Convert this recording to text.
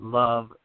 love